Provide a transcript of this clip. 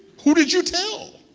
who did you tell?